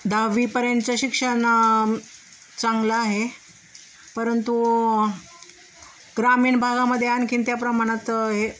दहावीपर्यंतचं शिक्षण चांगलं आहे परंतु ग्रामीण भागामध्ये आणखीन त्या प्रमाणात हे